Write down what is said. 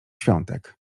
świątek